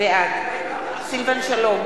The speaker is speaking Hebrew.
בעד סילבן שלום,